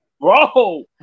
bro